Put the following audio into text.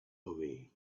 away